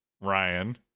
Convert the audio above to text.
Ryan